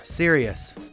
Serious